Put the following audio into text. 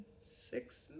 six